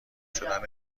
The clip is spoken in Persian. شدن